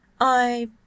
I